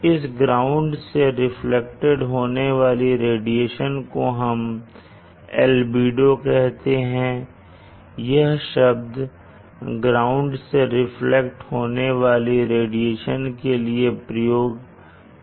इस ग्राउंड से रिफ्लेक्ट होने वाली रेडिएशन को हम एल्बिडो कहते हैं यह शब्द ग्राउंड से रिफ्लेक्ट होने वाली रेडिएशन के लिए प्रयोग किया जाता है